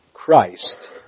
Christ